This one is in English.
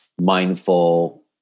mindful